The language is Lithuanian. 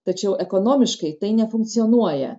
tačiau ekonomiškai tai nefunkcionuoja